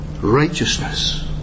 Righteousness